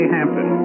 Hampton